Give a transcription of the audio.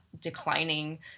declining